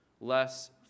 less